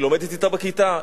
היא לומדת אתה בכיתה,